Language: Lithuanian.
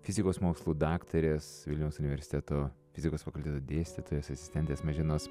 fizikos mokslų daktarės vilniaus universiteto fizikos fakulteto dėstytojos asistentės maženos